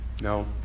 No